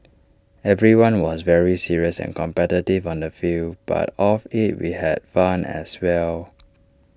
everyone was very serious and competitive on the field but off IT we had fun as well